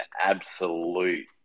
absolute